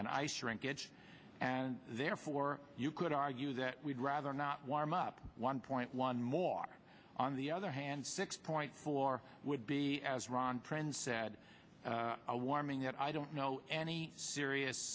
and ice shrinkage and therefore you could argue that we'd rather not warm up one point one more on the other hand six point four would be as ron prend said a warming that i don't know any serious